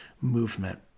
movement